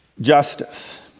justice